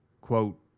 quote